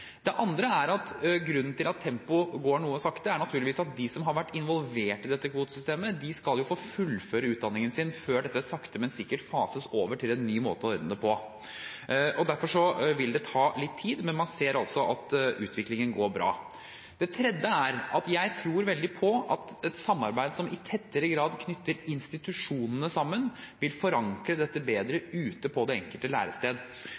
Det andre er at grunnen til at tempoet går noe sakte, er naturligvis at de som har vært involvert i dette kvotesystemet, skal få fullføre utdanningen sin før dette sakte, men sikkert fases over til en ny måte å ordne det på. Derfor vil det ta litt tid, men man ser altså at utviklingen går bra. Det tredje er at jeg tror veldig på at et samarbeid som i tettere grad knytter institusjonene sammen, vil forankre dette bedre ute på det enkelte lærested.